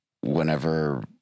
whenever